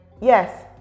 yes